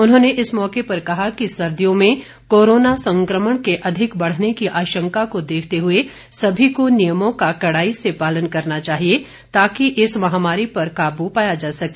उन्होंने इस मौके पर कहा कि सर्दियों में कोरोना संक्रमण के अधिक बढ़ने की आशंका को देखते हुए सभी को नियमों का कड़ाई से पालन करना चाहिए ताकि इस महामारी पर काबू पाया जा सके